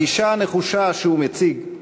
הגישה הנחושה שהוא מציג,